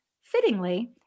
fittingly